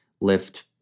lift